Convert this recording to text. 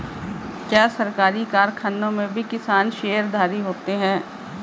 क्या सरकारी कारखानों में भी किसान शेयरधारी होते हैं?